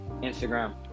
Instagram